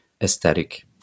aesthetic